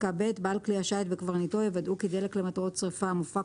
בעל כלי השיט וקברניטו יוודאו כי דלק למטרות שריפה המופק